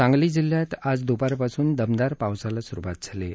सांगली जिल्ह्यात आज दुपारपासून दमदार पावसाला सुरुवात झाली आहे